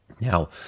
Now